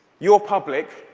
your public,